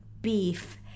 beef